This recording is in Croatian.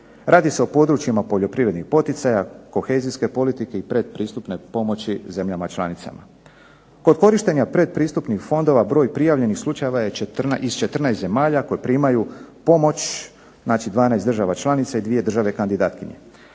Radi se o područjima poljoprivrednih poticaja, kohezijske politike i pretpristupne pomoći zemljama članicama. Kod korištenja pretpristupnih fondova broj prijavljenih slučajeva iz 14 zemalja koje primaju pomoć znači 12 država članica i 2 države kandidatkinje.